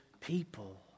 people